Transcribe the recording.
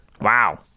wow